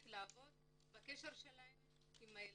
הקשר שלהם עם הילדים.